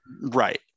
right